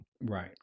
Right